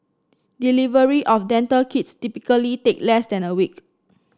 delivery of dental kits typically take less than a week